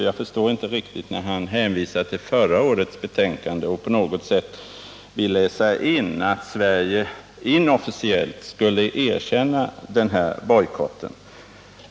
Jag förstår inte riktigt herr Nilsson när han hänvisar till förra årets betänkande och på något sätt vill läsa in i det att Sverige inofficiellt skulle erkänna den här bojkotten.